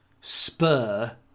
spur